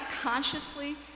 consciously